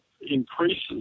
increases